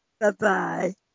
Bye-bye